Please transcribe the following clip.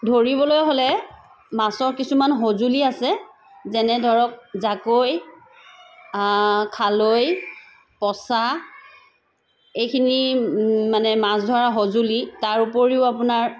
ধৰিবলৈ হ'লে মাছৰ কিছুমান সঁজুলি আছে যেনে ধৰক জাকৈ খালৈ পছা এইখিনি মানে মাছ ধৰা সঁজুলি তাৰ উপৰিও আপোনাৰ